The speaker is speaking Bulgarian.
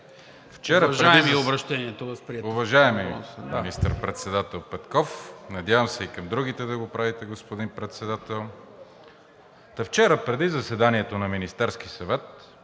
вчера, преди заседанието на Министерския съвет,